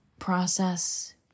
process